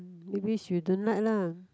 maybe she don't like lah